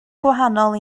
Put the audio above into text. gwahanol